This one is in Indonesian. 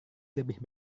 lebih